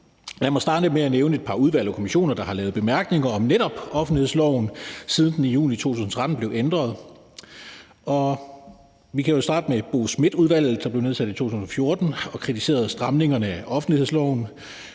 Lad mig starte med at nævne et par udvalg og kommissioner, der har lavet bemærkninger om netop offentlighedsloven, siden den i juni 2013 blev ændret. Vi kan jo starte med Bo Smith-udvalget, der blev nedsat i 2014 og kritiserede stramningerne af offentlighedsloven.